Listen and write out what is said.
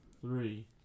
three